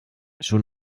schon